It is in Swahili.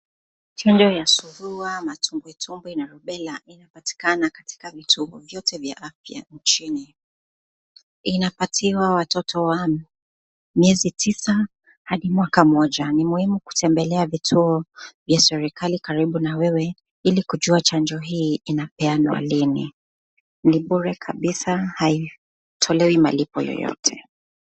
Chanjo ya surua, matumbwi tumbwi na rubela inapatikana katika vituo vyote vya afya nchini. Inapatiwa watoto wa miezi tisa hadi mwaka mmoja, ni muhimu kutembelea vituo vya serekali karibu na wewe ili kujua chanjo hii inapeanwa lini. Ni bure kabisa haitolewi malipo yeyote.